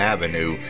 Avenue